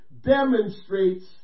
demonstrates